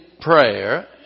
prayer